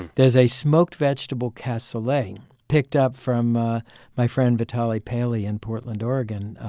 there's a smoked vegetable cassolette picked up from my friend vitaly paley in portland, oregon.